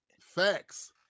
Facts